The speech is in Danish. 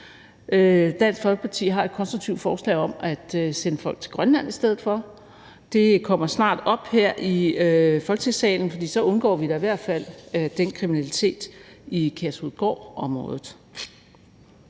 Dansk Folkeparti har et konstruktivt forslag om at sende folk til Grønland i stedet for, og det kommer snart op her i Folketingssalen. For så undgår vi da i hvert fald den kriminalitet i Kærshovedgårdområdet.